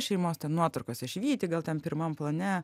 šeimos ten nuotraukose švyti gal ten pirmam plane